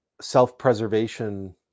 self-preservation